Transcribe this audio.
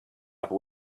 upper